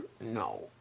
no